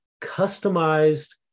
customized